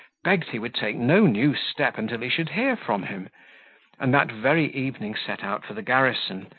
begged he would take no new step until he should hear from him and that very evening set out for the garrison,